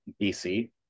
BC